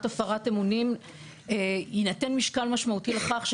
הפרת אמונים יינתן משקל משמעותי לכך,